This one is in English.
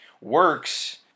works